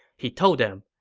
he told them,